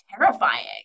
terrifying